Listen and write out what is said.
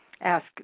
ask